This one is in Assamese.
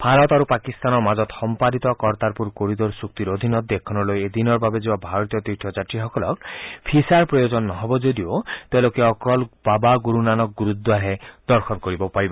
ভাৰত আৰু পাকিস্তানৰ মাজত সম্পাদিত কৰ্টাৰপুৰ কৰিডৰ চুক্তিৰ অধীনত দেশখনলৈ এদিনৰ বাবে যোৱা ভাৰতীয় তীৰ্থযাত্ৰীসকলক ভিছাৰ প্ৰয়োজন নহব যদিও তেওঁলোকে অকল বাবা গুৰুনানক গুৰুদ্বাৰহে দৰ্শন কৰিব পাৰিব